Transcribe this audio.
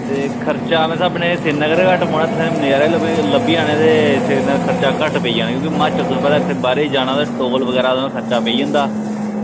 ते खर्चा मेरे स्हाब कन्नै तुसें ई सिरीनगर घट्ट पौना नज़ारे लब्भी जाने ते सिरीनगर खर्चा घट्ट पेई जाना हिमाचल तुसेंगी पता बाहरै गी जाना टोल बगैरा खर्चा पेई जंदा